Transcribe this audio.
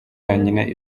yonyine